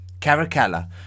Caracalla